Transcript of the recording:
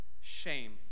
shame